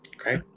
okay